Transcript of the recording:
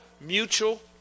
mutual